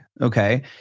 okay